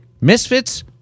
misfit's